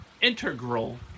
integral